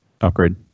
upgrade